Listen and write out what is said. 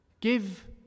Give